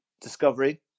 Discovery